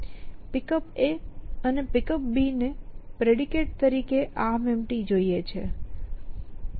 Pickup અને Pickup ને predicate તરીકે ArmEmpty જોઈએ છે